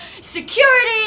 security